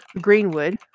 Greenwood